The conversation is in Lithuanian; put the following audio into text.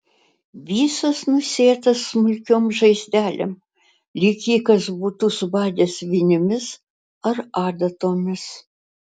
visas nusėtas smulkiom žaizdelėm lyg jį kas būtų subadęs vinimis ar adatomis